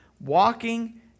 walking